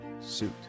suit